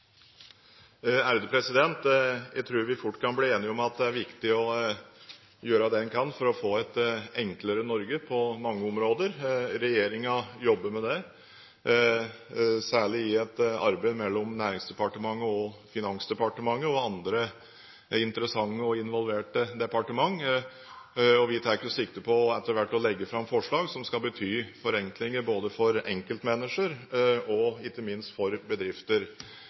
Jeg tror vi fort kan bli enige om at det er viktig å gjøre det en kan for å få et enklere Norge på mange områder. Regjeringen jobber med det, særlig i et arbeid mellom Næringsdepartementet og Finansdepartementet og andre interessante og involverte departementer, og vi tar sikte på etter hvert å legge fram forslag som skal bety forenklinger for både enkeltmennesker og ikke minst bedrifter. Gjennomføring av en noe lavere revisjonsplikt, for